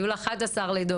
היו לה 11 לידות,